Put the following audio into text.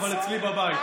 אבל אצלי בבית.